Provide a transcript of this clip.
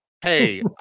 hey